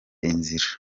inzira